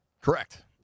correct